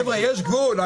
חבר'ה, יש גבול.